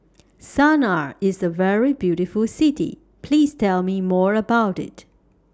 Sanaa IS A very beautiful City Please Tell Me More about IT